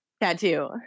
tattoo